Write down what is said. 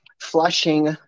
Flushing